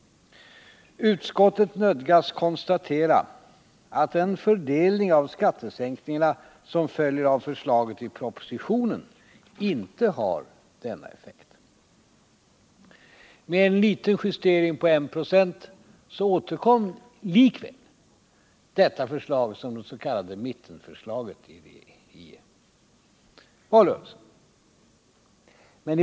Utskottet nödgas konstatera att den fördelning 25 av skattesänkningarna som följer av förslaget i propositionen inte har denna effekt.” Med en liten justering på 1 26 återkom likväl detta förslag som det s.k. mittenförslaget i valrörelsen.